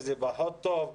איזה פחות טוב,